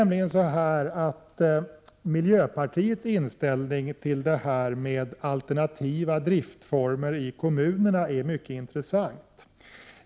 Miljöpartiets inställning till alternativa driftformer i kommunerna är mycket intressant.